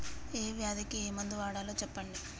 ఏ వ్యాధి కి ఏ మందు వాడాలో తెల్పండి?